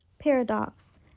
paradox